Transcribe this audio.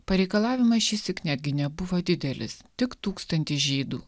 pareikalavimas šįsyk netgi nebuvo didelis tik tūkstantį žydų